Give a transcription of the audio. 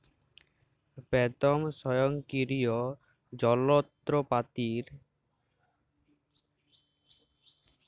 বেদম স্বয়ংকিরিয় জলত্রপাতির গরহলযগ্যতা অ সেট আবিষ্কারের আগে, ছব কাগজ হাতে তৈরি ক্যরা হ্যত